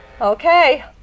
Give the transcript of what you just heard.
Okay